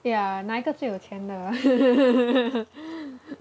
yeah 哪一个最有钱的